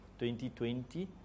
2020